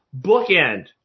bookend